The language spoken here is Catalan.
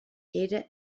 era